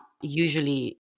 usually